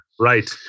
Right